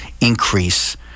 increase